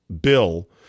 bill